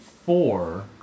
Four